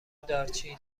دارچین